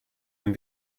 den